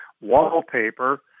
wallpaper